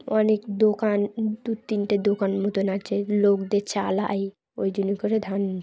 অনেক দোকান দু তিনটে দোকান মতন আছে লোকদের চালাই ওই জন্য করে ধান